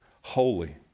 holy